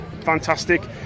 Fantastic